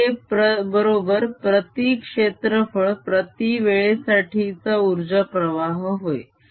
आणि हे बरोबर प्रती क्षेत्रफळ प्रती वेळेसाठीचा उर्जा प्रवाह होय